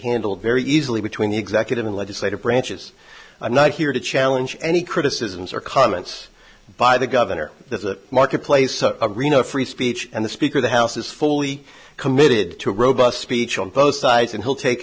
handled very easily between the executive and legislative branches i'm not here to challenge any criticisms or comments by the governor there's a marketplace a rino a free speech and the speaker of the house is fully committed to robust speech on both sides and he'll take